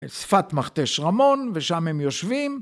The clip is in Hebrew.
שפת מכתש רמון, ושם הם יושבים.